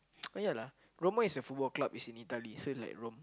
yeah lah Roma is a Football Club is in Italy so is like Rome